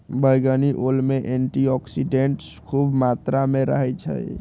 बइगनी ओल में एंटीऑक्सीडेंट्स ख़ुब मत्रा में रहै छइ